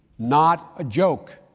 not a joke.